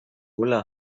ulla